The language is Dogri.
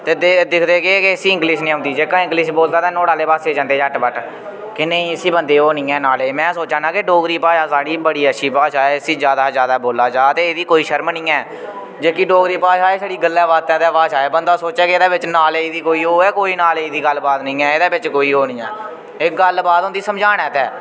ते देख दिखदे केह् कि इसी इंग्लिश नि औंदी ते जेह्का इंग्लिश बोलदा ते नुहाड़े आह्ले पासै जन्दे झट्ट फट्ट की नेईं इसी बंदे गी ओह् नि ऐ नालेज में सोचा ना कि डोगरी भाशा साढ़ी बड़ी अच्छी भाशा ऐ इसी ज्यादा शा ज्यादा बोला जा ते एह्दी कोई शर्म नि ऐ जेह्की डोगरी भाशा ऐ छड़ी गल्लै बात दी भाशा ऐ बंदा सोचै कि एह्दे बिच्च नालेज दी कोई ओह् ऐ कोई नालेज दी कोई गल्ल बात निं ऐ एह्दे बिच्च कोई ओह् नि ऐ एह् गल्लबात होंदी समझाने आस्तै